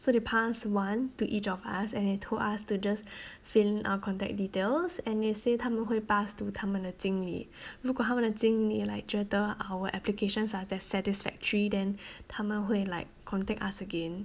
so they pass one to each of us and they told us to just fill in our contact details and they say 她们会 pass to 她们的经理如果她们的经理 like 觉得 our applications are that satisfactory then 他们 like contact us again